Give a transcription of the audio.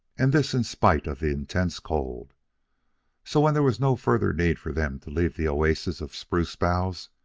and this in spite of the intense cold so when there was no further need for them to leave the oasis of spruce boughs,